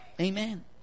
Amen